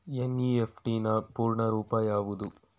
NEFT ನ ಪೂರ್ಣ ರೂಪ ಯಾವುದು?